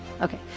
Okay